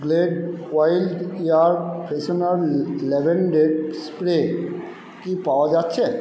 Glade wild air freshener lavender spray কি পাওয়া যাচ্ছে